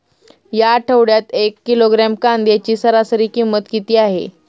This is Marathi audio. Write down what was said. या आठवड्यात एक किलोग्रॅम कांद्याची सरासरी किंमत किती आहे?